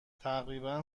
تقریبا